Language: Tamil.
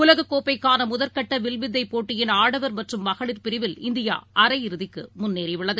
உலகக்கோப்பைக்கானமுதற்கட்டவில்வித்தைப் போட்டியின் ஆடவர் மற்றும் மகளிர் பிரிவில் இந்தியாஅரையிறுதிக்குமுன்னேறியுள்ளது